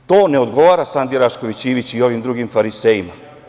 Ali, to ne odgovara Sandi Rašković Ivić i ovim drugim farisejima.